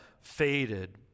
faded